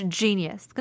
genius